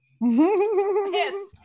Yes